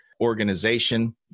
organization